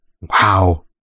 Wow